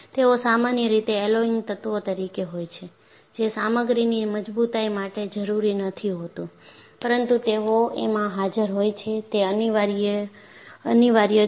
તેઓ સામાન્ય રીતે એલોયિંગ તત્વો તરીકે હોય છે જે સામગ્રીની મજબૂતાઈ માટે જરૂરી નથી હોતું પરંતુ તેઓ એમાં હાજર હોય છે તે અનિવાર્ય છે